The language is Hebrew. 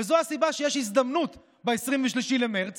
וזו הסיבה שיש הזדמנות ב-23 במרץ